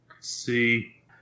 see